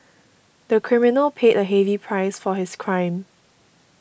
the criminal paid a heavy price for his crime